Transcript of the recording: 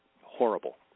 horrible